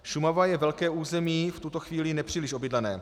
Šumava je velké území, v tuto chvíli nepříliš obydlené.